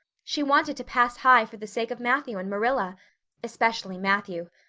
she wanted to pass high for the sake of matthew and marilla especially matthew.